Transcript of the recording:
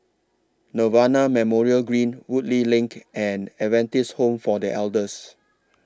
Nirvana Memorial Green Woodleigh LINK and Adventist Home For The Elders